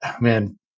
man